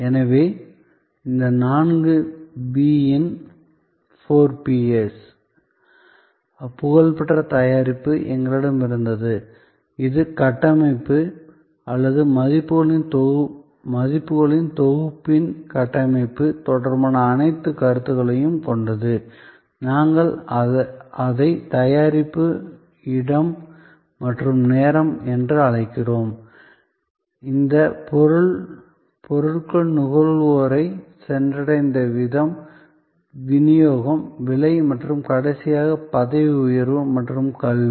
எனவே இந்த நான்கு பி யின் four P's புகழ்பெற்ற தயாரிப்பு எங்களிடம் இருந்தது இது கட்டமைப்பு அல்லது மதிப்புகளின் தொகுப்பின் கட்டமைப்பு தொடர்பான அனைத்து கருத்துகளையும் கொண்டது நாங்கள் அதை தயாரிப்பு இடம் மற்றும் நேரம் என்று அழைக்கிறோம் இதன் பொருள் பொருட்கள் நுகர்வோரை சென்றடைந்த விதம் விநியோகம் விலை மற்றும் கடைசியாக பதவி உயர்வு மற்றும் கல்வி